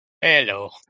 Hello